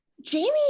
Jamie